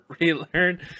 relearn